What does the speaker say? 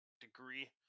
degree